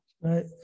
Right